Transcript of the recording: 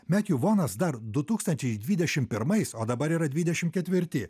metju vonas dar du tūkstančiai dvidešim pirmais o dabar yra dvidešim ketvirti